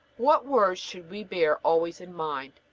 what words should we bear always in mind?